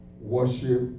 Worship